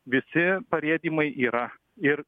visi parėdymai yra ir